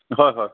হয় হয়